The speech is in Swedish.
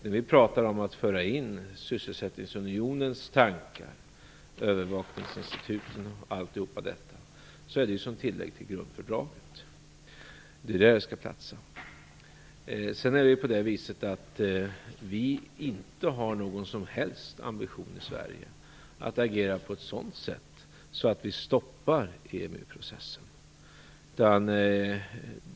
När vi pratar om att föra in sysselsättningsunionens tankar - övervakningsinstitut osv. - är det fråga om ett tillägg till grundfördraget. Det är där det skall platsa. Vi i Sverige har inte någon som helst ambition att agera på ett sådant sätt att vi stoppar EMU-processen.